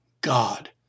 God